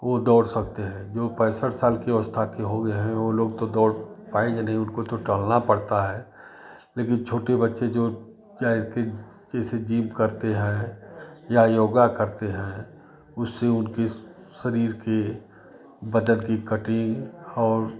वह दौड़ सकते हैं जो पैँसठ साल की अवस्था के हो गए हैं वह लोग तो दौड़ पाएँगे नहीं उनको तो टहलना पड़ता है लेकिन छोटे बच्चे जो जाकर जैसे जिम करते हैं या योगा करते हैं उससे उनके शरीर के बदन की कटी और